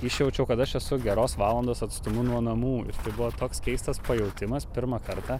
išjaučiau kad aš esu geros valandos atstumu nuo namų ir tai buvo toks keistas pajautimas pirmą kartą